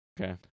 Okay